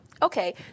Okay